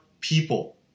people